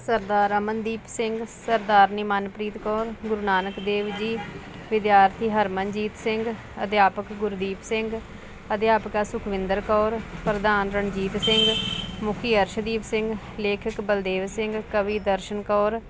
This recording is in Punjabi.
ਸਰਦਾਰ ਅਮਨਦੀਪ ਸਿੰਘ ਸਰਦਾਰਨੀ ਮਨਪ੍ਰੀਤ ਕੌਰ ਗੁਰੂ ਨਾਨਕ ਦੇਵ ਜੀ ਵਿਦਿਆਰਥੀ ਹਰਮਨਜੀਤ ਸਿੰਘ ਅਧਿਆਪਕ ਗੁਰਦੀਪ ਸਿੰਘ ਅਧਿਆਪਕਾ ਸੁਖਵਿੰਦਰ ਕੌਰ ਪ੍ਰਧਾਨ ਰਣਜੀਤ ਸਿੰਘ ਮੁਖੀ ਅਰਸ਼ਦੀਪ ਸਿੰਘ ਲੇਖਕ ਬਲਦੇਵ ਸਿੰਘ ਕਵੀ ਦਰਸ਼ਨ ਕੌਰ